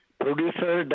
producer